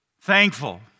thankful